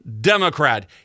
Democrat